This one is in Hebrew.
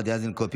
גדי איזנקוט,